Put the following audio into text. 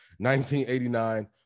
1989